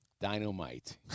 dynamite